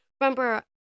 remember